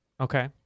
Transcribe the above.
Okay